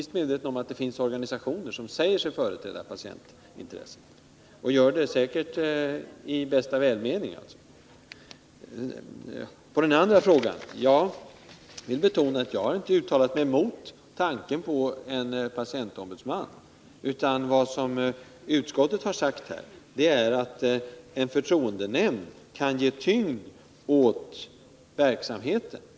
Som svar på den andra frågan vill jag betona att jag inte har uttalat mig mot tanken på en patientombudsman. Vad utskottet har sagt är att en förtroendenämnd kan ge tyngd åt verksamheten.